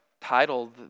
titled